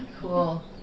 Cool